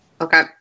Okay